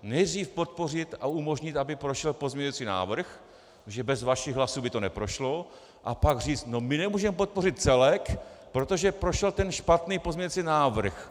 Nejdřív podpořit a umožnit, aby prošel pozměňující návrh, protože bez vašich hlasů by to neprošlo, a pak říct: No my nemůžeme podpořit celek, protože prošel ten špatný pozměňující návrh.